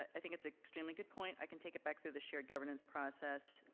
i think it's an extremely good point, i can take it back through the shared governance process.